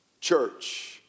church